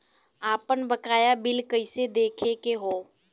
आपन बकाया बिल कइसे देखे के हौ?